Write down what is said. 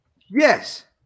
Yes